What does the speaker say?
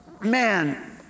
man